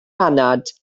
anad